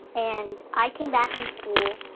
and i came back from school,